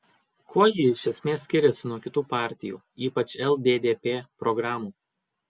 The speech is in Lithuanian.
kuo ji iš esmės skiriasi nuo kitų partijų ypač lddp programų